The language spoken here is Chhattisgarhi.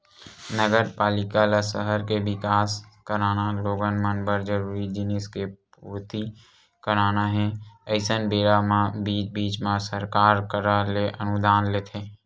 नगरपालिका ल सहर के बिकास कराना लोगन मन बर जरूरी जिनिस के पूरति कराना हे अइसन बेरा म बीच बीच म सरकार करा ले अनुदान लेथे